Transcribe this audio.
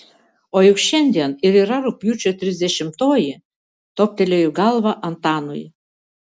o juk šiandien ir yra rugpjūčio trisdešimtoji toptelėjo į galvą antanui